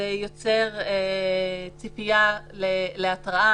זה יוצר ציפייה להתראה,